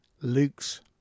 luke's